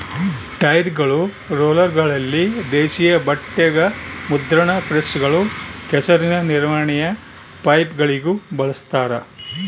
ಟೈರ್ಗಳು ರೋಲರ್ಗಳಲ್ಲಿ ದೇಶೀಯ ಬಟ್ಟೆಗ ಮುದ್ರಣ ಪ್ರೆಸ್ಗಳು ಕೆಸರಿನ ನಿರ್ವಹಣೆಯ ಪೈಪ್ಗಳಿಗೂ ಬಳಸ್ತಾರ